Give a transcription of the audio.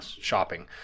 shopping